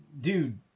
dude